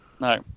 No